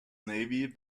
navy